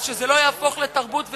שלא יהפוך לתרבות וספורט,